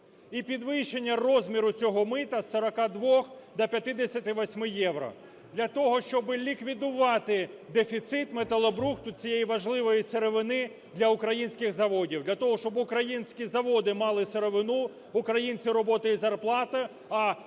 І підвищення розміру цього мита з 42 до 58 євро для того, щоб ліквідувати дефіцит металобрухту цієї важливої сировини для українських заводів для того, щоб українські заводи мали сировину, українці – роботу і зарплату,